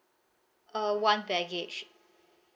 uh one baggage